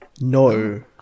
No